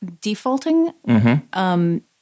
defaulting